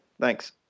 Thanks